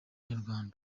nyarwanda